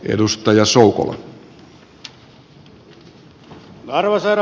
arvoisa herra puhemies